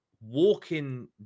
walking